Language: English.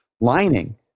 lining